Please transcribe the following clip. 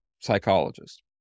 psychologist